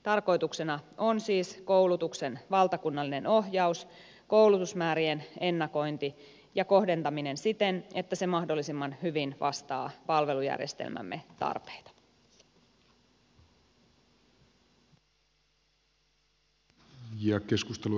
tarkoituksena on siis koulutuksen valtakunnallinen ohjaus koulutusmäärien ennakointi ja kohdentaminen siten että se mahdollisimman hyvin vastaa palvelujärjestelmämme tarpeita